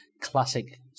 classic